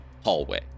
hallway